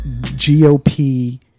GOP